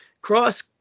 Cross